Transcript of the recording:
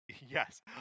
Yes